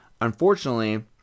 Unfortunately